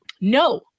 No